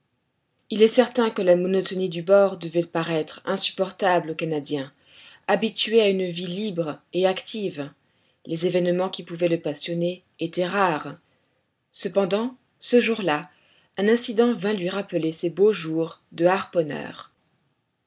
il est certain que la monotonie du bord devait paraître insupportable au canadien habitué à une vie libre et active les événements qui pouvaient le passionner étaient rares cependant ce jour-là un incident vint lui rappeler ses beaux jours de harponneur